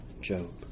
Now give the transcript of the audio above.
Job